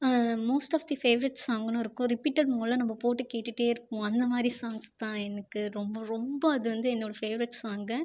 most of the favourite சாங்குனு இருக்கும் repeated மோடில் நம்ம போட்டு கேட்டுகிட்டே இருக்குவோம் அந்த மாதிரி சாங்ஸ் தான் எனக்கு ரொம்ப ரொம்ப அது வந்து என்னோடய ஃபேவரட் சாங்